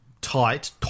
tight